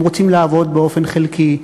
הם רוצים לעבוד באופן חלקי,